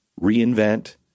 reinvent